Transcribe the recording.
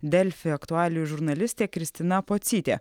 delfi aktualijų žurnalistė kristina pocytė